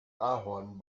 ahorn